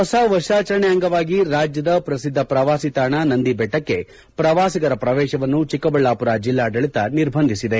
ಹೊಸ ವರ್ಷಾಚರಣೆ ಅಂಗವಾಗಿ ರಾಜ್ಯದ ಪ್ರಸಿದ್ದ ಪ್ರವಾಸಿತಾಣ ನಂದಿಬೆಟ್ಟಕ್ಕೆ ಪ್ರವಾಸಿಗರ ಪ್ರವೇಶವನ್ನು ಚಿಕ್ಕಬಳ್ಳಾಪುರ ಜಿಲ್ಲಾಡಳತ ನಿರ್ಬಂಧಿಸಿದೆ